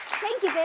thank you, babe.